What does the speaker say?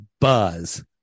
buzz